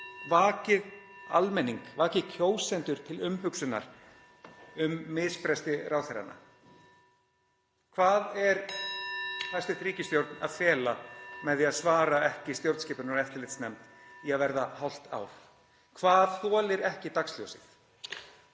vakið almenning, vakið kjósendur til umhugsunar um misbresti ráðherranna. Hvað er (Forseti hringir.) hæstv. ríkisstjórn að fela með því að svara ekki í stjórnskipunar- og eftirlitsnefnd í að verða hálft ár? Hvað þolir ekki dagsljósið?